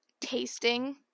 tasting